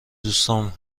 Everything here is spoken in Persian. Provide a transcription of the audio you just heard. دوستام